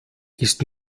ist